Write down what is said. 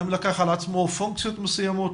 האם לקח על עצמו פונקציות מסוימות.